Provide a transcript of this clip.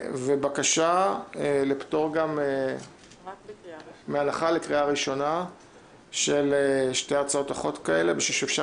הבקשה היא לפטור מהנחה בקריאה ראשונה של שתי הצעות החוק האלה בשביל שאפשר